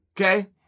okay